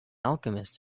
alchemist